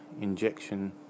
injection